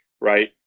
Right